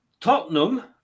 Tottenham